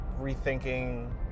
rethinking